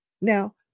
Now